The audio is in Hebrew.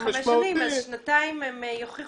יש להם עוד חמש שנים, אז בשנתיים הם יוכיחו